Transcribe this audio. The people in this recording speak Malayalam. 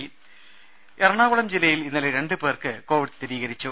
രുര എറണാകുളം ജില്ലയിൽ ഇന്നലെ രണ്ട് പേർക്ക് കോവിഡ് സ്ഥിരീകരിച്ചു